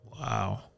Wow